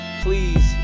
please